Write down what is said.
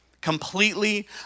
completely